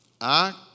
act